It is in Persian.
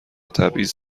تبعیض